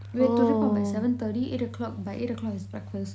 we have to report by seven thirty eight o'clock by eight o'clock is breakfast